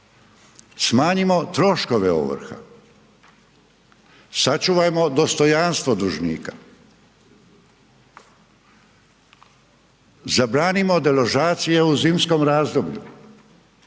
smanjimo troškove ovrha, sačuvajmo dostojanstvo dužnika, zabranimo deložacije u zimskom razdoblju,